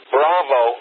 Bravo